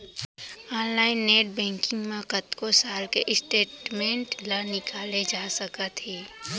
online net banking म कतको साल के स्टेटमेंट ल निकाले जा सकत हे